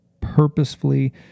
purposefully